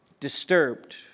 disturbed